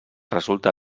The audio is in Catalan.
resulta